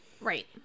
Right